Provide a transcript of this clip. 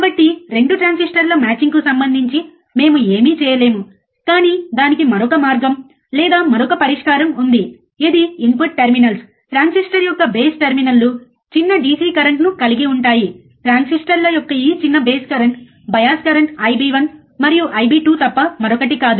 కాబట్టి 2 ట్రాన్సిస్టర్ల మ్యాచింగ్కు సంబంధించి మేము ఏమీ చేయలేము కాని దీనికి మరొక మార్గం లేదా మరొక పరిష్కారం ఉంది ఇది ఇన్పుట్ టెర్మినల్స్ ట్రాన్సిస్టర్ యొక్క బేస్ టెర్మినల్లు చిన్న DC కరెంటుని కలిగి ఉంటుంది ట్రాన్సిస్టర్ల యొక్క ఈ చిన్న base current bias current IB 1 మరియు IB 2 తప్ప మరొకటి కాదు